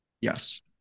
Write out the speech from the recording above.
Yes